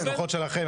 בשמחות שלכם.